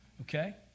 okay